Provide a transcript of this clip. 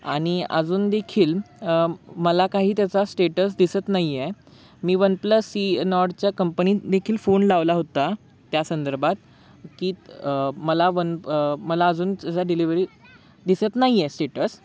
आणि अजून देखील मला काही त्याचा स्टेटस दिसत नाही आहे मी वन प्लस सी नॉडच्या कंपनीत देखील फोन लावला होता त्या संदर्भात की मला वन मला अजून चजा डिलेवरी दिसत नाही आहे स्टेटस